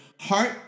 heart